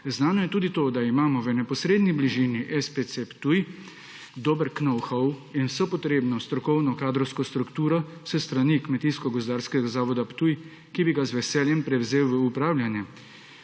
Znano je tudi to, da imamo v neposredni bližini SPC Ptuj dober know-how in vso potrebno strokovno, kadrovsko strukturo s strani Kmetijsko gozdarskega zavoda Ptuj, ki bi ga z veseljem prevzel v upravljanje.